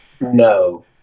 No